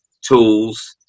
tools